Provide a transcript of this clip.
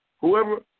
whoever